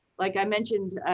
like i mentioned,